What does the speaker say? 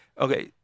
Okay